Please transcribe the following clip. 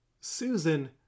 Susan